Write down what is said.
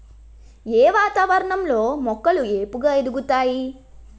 ఏ వాతావరణం లో మొక్కలు ఏపుగ ఎదుగుతాయి?